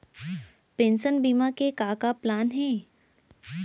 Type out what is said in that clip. Pension बीमा के का का प्लान हे?